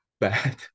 bad